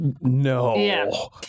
No